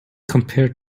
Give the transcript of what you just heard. compared